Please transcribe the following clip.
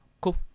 Cool